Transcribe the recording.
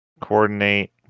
coordinate